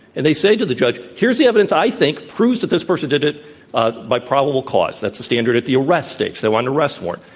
and they say to the judge here's the evidence i think proves that this person did it ah by probable cause. that's the standard at the arrest stage. they want an arrest warrant.